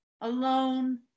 alone